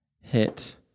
hit